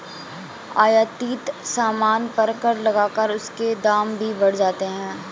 आयातित सामान पर कर लगाकर उसके दाम भी बढ़ जाते हैं